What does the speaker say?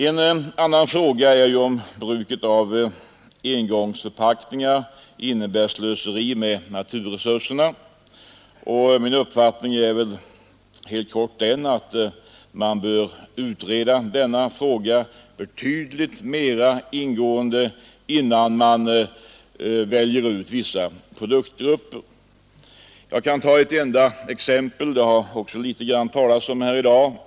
En annan fråga är om bruket av engångsförpackningar innebär slöseri med naturresurserna. Min uppfattning är helt kort den att denna fråga bör utredas betydligt mer ingående innan vi väljer ut vissa produktgrupper. Jag kan ta ett enda exempel, och det har också litet grand talats om detta här i dag.